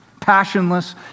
passionless